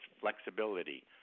flexibility